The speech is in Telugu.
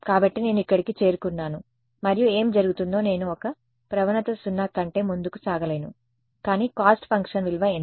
కాబట్టి నేను ఇక్కడికి చేరుకున్నాను మరియు ఏమి జరుగుతుందో నేను ఇక ప్రవణత 0 కంటే ముందుకు సాగలేను కానీ కాస్ట్ ఫంక్షన్ విలువ ఎంత